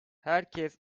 herkes